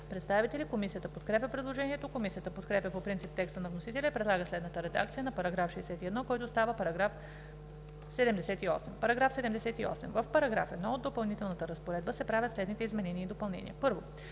представители. Комисията подкрепя предложението. Комисията подкрепя по принцип текста на вносителя и предлага следната редакция на § 61, който става § 78: „§ 78. В § 1 от допълнителната разпоредба се правят следните изменения и допълнения: